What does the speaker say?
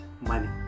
money